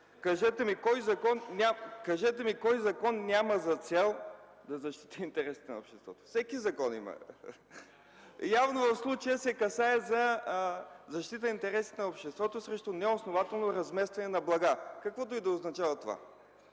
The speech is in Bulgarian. Кажете ми кой закон няма за цел да защити интересите на обществото? Всеки закон има такава цел. Явно в случая се касае за защита интересите на обществото срещу неоснователно разместване на блага, каквото и да означава това.